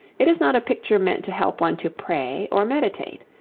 it is not a picture meant to help one to pray, or meditate.